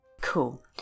Cool